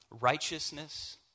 Righteousness